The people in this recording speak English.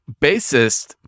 bassist